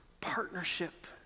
partnership